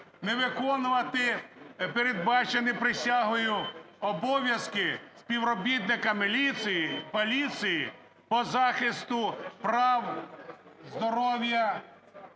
не виконувати передбачені присягою обов'язки співробітника міліції, поліції по захисту прав здоров'я,